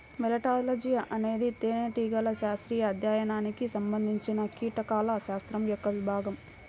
మెలిటాలజీఅనేది తేనెటీగల శాస్త్రీయ అధ్యయనానికి సంబంధించినకీటకాల శాస్త్రం యొక్క విభాగం